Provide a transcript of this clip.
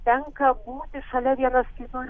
tenka būti šalia vienas kito ir